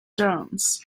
jones